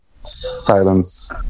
silence